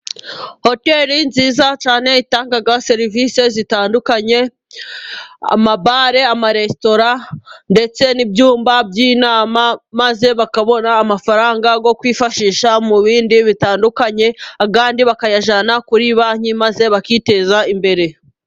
Hoteli nziza cyane itanga serivisi zitandukanye. Amabare, amaresitora ndetse n'ibyumba by'inama, maze bakabona amafaranga yo kwifashisha mu bindi bitandukanye, kandi bakayajyana kuri banki maze bakiteza imbere.